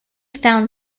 found